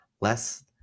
less